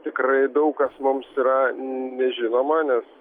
tikrai daug kas mums yra nežinoma nes